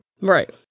Right